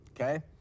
okay